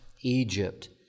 Egypt